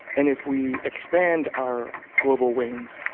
and if we expand our global wings,